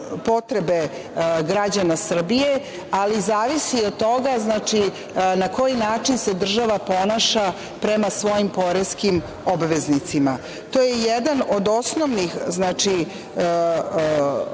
potrebe građana Srbije, ali zavisi i od toga na koji način se država ponaša prema svojim poreskim obveznicima. To je jedan od osnovnih